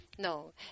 No